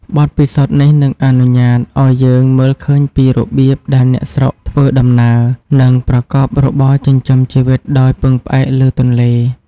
បទពិសោធន៍នេះនឹងអនុញ្ញាតឱ្យយើងមើលឃើញពីរបៀបដែលអ្នកស្រុកធ្វើដំណើរ និងប្រកបរបរចិញ្ចឹមជីវិតដោយពឹងផ្អែកលើទន្លេ។